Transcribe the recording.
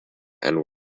and